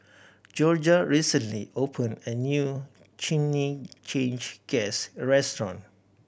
Jorja recently opened a new Chimichangas restaurant